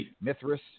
Mithras